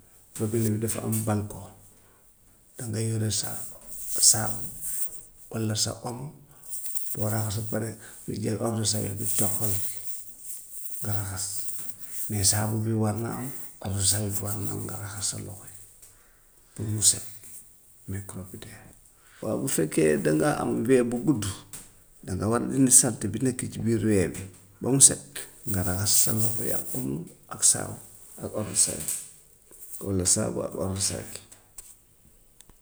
Roqu yooyu dafa am bànko, dangay yore sa ko saabu, walla sa omo, boo raxasoo pare nga jël odsawel bi toqal nga raxas mais saabu bi war na am odsawel bi war na am nga raxas sa loxo yi pour mu set microbe bi dee. Waaw bu fekkee dangaa am we bu gudd danga war dindi saleté bi nekk ci bii we bi ba mu set nga raxas sa loxo yi ak omo ak saabu ak odsawel walla saabu ak odsawel.